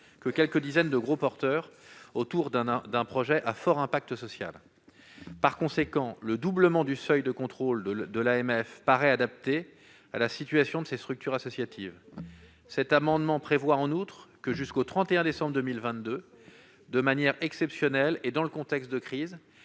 que quelques dizaines de gros porteurs autour d'un projet à fort impact social. Par conséquent, le doublement du seuil de contrôle de l'Autorité des marchés financiers paraît adapté à la situation de ces structures associatives. Cet amendement prévoit en outre que, jusqu'au 31 décembre 2022, de manière exceptionnelle et dans le contexte de crise,